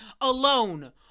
Alone